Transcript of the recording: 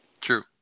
True